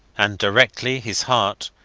and directly, his heart,